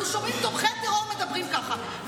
כשאנחנו שומעים תומכי טרור מדברים כך,